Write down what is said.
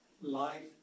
life